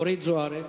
אורית זוארץ?